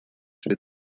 with